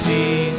See